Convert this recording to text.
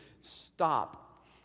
stop